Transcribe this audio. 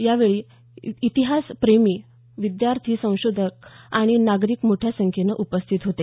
यावेळी इतिहास प्रेमी विद्यार्थी संशोधक आणि नागरिक मोठ्या संख्येनं उपस्थित होते